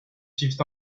suivent